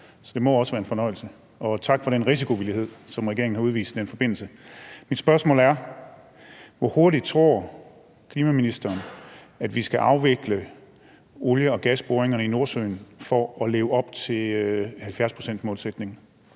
det må også være en fornøjelse. Tak for den risikovillighed, som regeringen har udvist i den forbindelse. Mit spørgsmål er: Hvor hurtigt tror klimaministeren at vi skal afvikle olie- og gasboringerne i Nordsøen for at leve op til 70-procentsmålsætningen?